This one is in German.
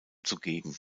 zugegen